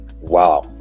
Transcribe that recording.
Wow